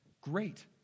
Great